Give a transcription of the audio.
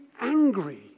angry